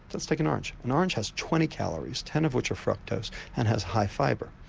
let's take an orange an orange has twenty calories, ten of which are fructose and has high fibre.